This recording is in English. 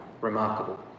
Remarkable